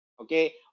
Okay